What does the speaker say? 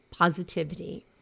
positivity